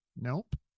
nope